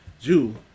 Jew